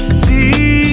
see